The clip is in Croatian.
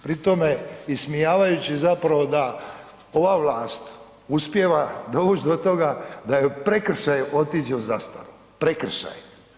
Pri tome ismijavajući zapravo da ova vlast uspijeva doći do toga da i prekršaj otiđe u zastaru, prekršaj.